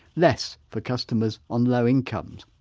less for customers on low incomes.